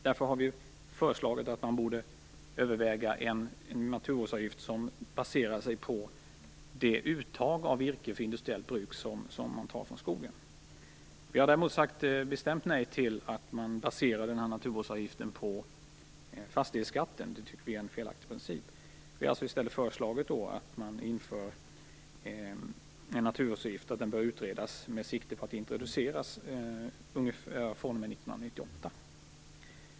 Därför har vi föreslagit att man borde överväga en naturvårdsavgift som baseras på det uttag av virke för industriellt bruk som tas från skogen. Vi har däremot sagt bestämt nej till att basera naturvårdsavgiften på fastighetsskatten. Det tycker vi är en felaktig princip. I stället har vi föreslagit att en naturvårdsavgift införs, och att den bör utredas med sikte på att introduceras fr.o.m. 1998.